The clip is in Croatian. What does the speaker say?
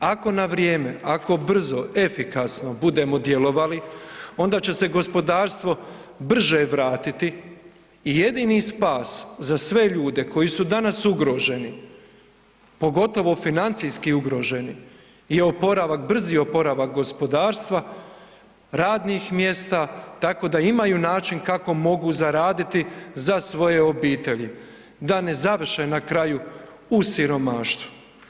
Ako na vrijeme, ako brzo, efikasno budemo djelovali onda će se gospodarstvo brže vratiti i jedini spas za sve ljude koji su danas ugroženi, pogotovo financijski ugroženi je brzi oporavak gospodarstva, radnih mjesta tako da imaju način kako zaraditi za svoje obitelji da ne završe na kraju u siromaštvu.